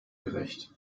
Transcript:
gerecht